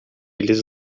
eles